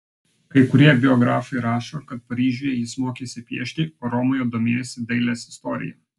kai kurie biografai rašo kad paryžiuje jis mokėsi piešti o romoje domėjosi dailės istorija